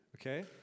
Okay